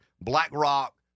BlackRock